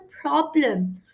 problem